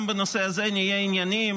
גם בנושא הזה נהיה ענייניים,